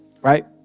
right